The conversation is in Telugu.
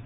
ి